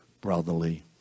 brotherly